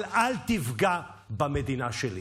אבל אל תפגע במדינה שלי,